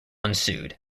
ensued